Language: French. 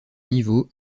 niveau